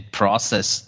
process